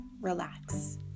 relax